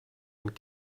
and